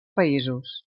països